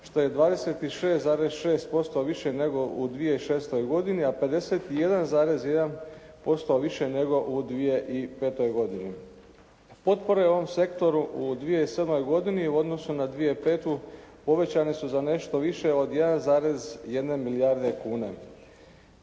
što je 26,6% više nego u 2006. godini a 51,1% više nego u 2005. godini. Potpore ovom sektoru u 2007. godini u odnosu na 2005. povećane su za nešto više od 1,1 milijarde kuna.